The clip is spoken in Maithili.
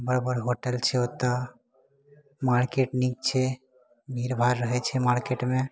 बाद बाद होटल छै ओतऽ मार्केट नीक छै भीड़भाड़ रहै छै मार्केटमे